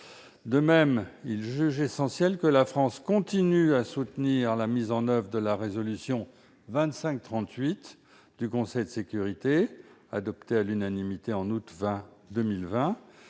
De même, ils jugent essentiel que la France continue à soutenir la mise en oeuvre de la résolution 2538 du Conseil de sécurité, adoptée à l'unanimité en août 2020,